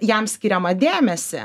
jam skiriamą dėmesį